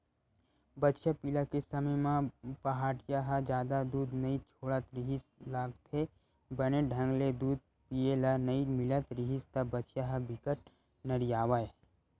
बछिया पिला के समे म पहाटिया ह जादा दूद नइ छोड़त रिहिस लागथे, बने ढंग ले दूद पिए ल नइ मिलत रिहिस त बछिया ह बिकट नरियावय